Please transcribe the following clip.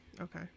Okay